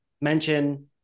mention